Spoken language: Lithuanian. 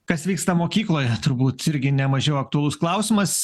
kas vyksta mokykloje turbūt irgi nemažiau aktualus klausimas